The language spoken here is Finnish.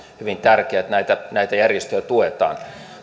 hyvin tärkeää että näitä näitä järjestöjä tuetaan